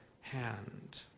hand